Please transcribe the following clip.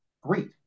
great